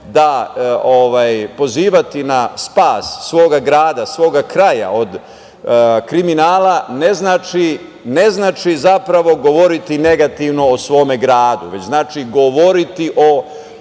pozivati na spas svog grada, svog kraja od kriminala ne znači govoriti negativno o svom gradu, znači govoriti o